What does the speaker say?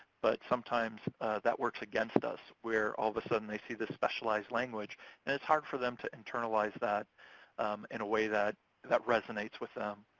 but sometimes that works against us, where all of a sudden they see this specialized language and it's hard for them to internalize that in a way that that resonates with them.